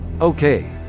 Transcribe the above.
Okay